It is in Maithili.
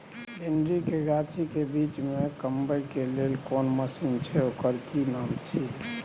भिंडी के गाछी के बीच में कमबै के लेल कोन मसीन छै ओकर कि नाम छी?